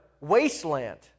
wasteland